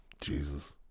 Jesus